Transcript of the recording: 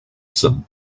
some